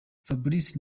fabrice